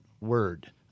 word